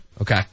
Okay